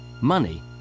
Money